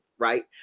Right